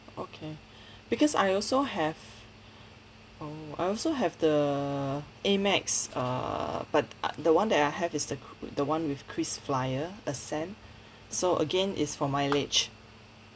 okay because I also have oh I also have the Amex err but I the one that I have is the the one with Krisflyer ascend so again is for mileage